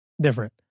different